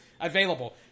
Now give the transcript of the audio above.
available